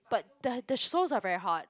but but the the soles are very hard